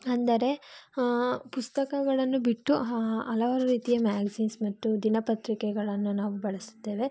ಅಂದರೆ ಪುಸ್ತಕಗಳನ್ನು ಬಿಟ್ಟು ಹ ಹಲವಾರು ರೀತಿಯ ಮ್ಯಾಗ್ಝಿನ್ಸ್ ಮತ್ತು ದಿನಪತ್ರಿಕೆಗಳನ್ನು ನಾವು ಬಳಸುತ್ತೇವೆ